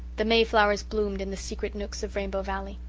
the mayflowers bloomed in the secret nooks of rainbow valley.